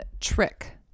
Trick